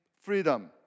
freedom